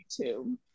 YouTube